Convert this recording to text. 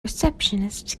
receptionist